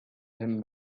him